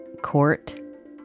court